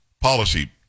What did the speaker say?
policy